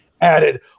added